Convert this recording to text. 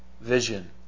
vision